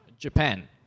Japan